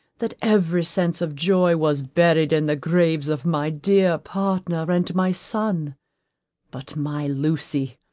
that every sense of joy was buried in the graves of my dear partner and my son but my lucy,